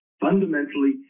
Fundamentally